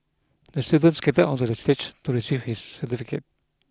the student skated onto the stage to receive his certificate